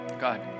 God